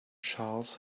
charles